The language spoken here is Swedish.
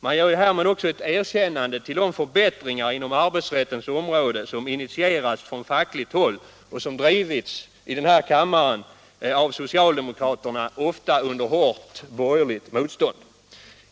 Man ger härmed också ett erkännande till de förbättringar inom arbetsrättens område som initierats från fackligt håll och som drivits här i riksdagen av socialdemokraterna, ofta under hårt borgerligt motstånd.